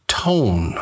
tone